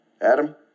Adam